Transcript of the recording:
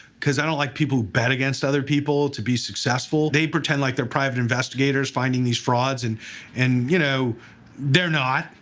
because i don't like people who bet against other people to be successful. they pretend like they're private investigators finding these frauds and and you know they're not.